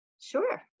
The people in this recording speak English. Sure